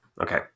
Okay